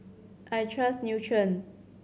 I trust Nutren